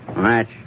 Match